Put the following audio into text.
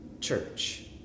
church